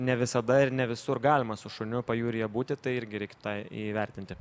ne visada ir ne visur galima su šuniu pajūryje būti tai irgi reiktų tą įvertinti